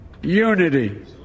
unity